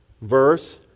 Verse